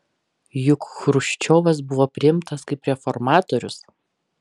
juk chruščiovas buvo priimtas kaip reformatorius